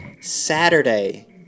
Saturday